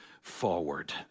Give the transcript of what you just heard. forward